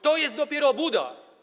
To jest dopiero obłuda.